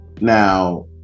now